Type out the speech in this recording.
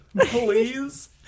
please